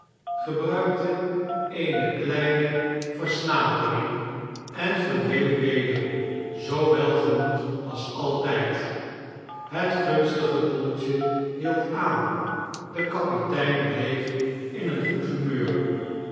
gebruikte eene kleine versnapering en verdween weder zoo welgemoed als altyd het gunstige koeltje hield aan de kapitein bleef in een goed humeur